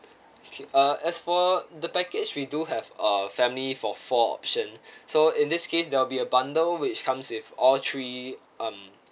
uh as for the package we do have uh family for four option so in this case there'll be a bundle which comes with all three um